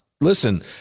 Listen